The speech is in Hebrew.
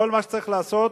כל מה שצריך לעשות,